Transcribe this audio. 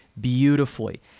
beautifully